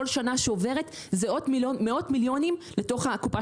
כל שנה שעוברת זה עוד מאות מיליונים לקופה